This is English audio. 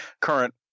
current